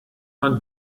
man